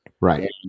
Right